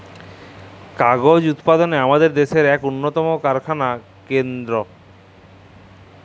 কাগজ উৎপাদলে আমাদের দ্যাশের ইক উল্লতম কারখালা কেলদ্র